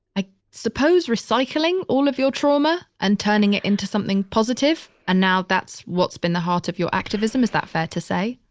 i suppose, recycling all of your trauma and turning it into something positive. and now that's what's been the heart of your activism, is that fair to say?